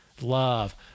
love